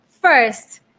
first